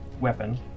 weapon